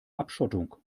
abschottung